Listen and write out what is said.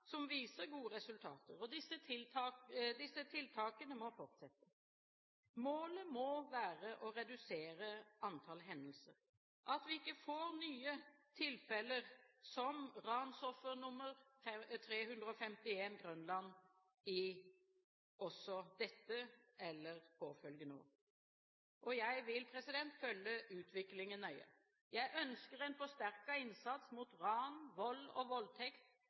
som viser gode resultater. Disse tiltakene må fortsette. Målet må være å redusere antall hendelser, slik at vi ikke får nye tilfeller som «Ransoffer nr. 351, Grønland» i også dette eller påfølgende år. Jeg vil følge utviklingen nøye. Jeg ønsker en forsterket innsats mot ran, vold og voldtekt,